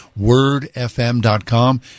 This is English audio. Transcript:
wordfm.com